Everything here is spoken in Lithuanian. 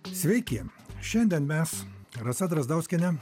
sveiki šiandien mes rasa drazdauskienė